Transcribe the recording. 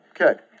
Okay